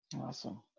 Awesome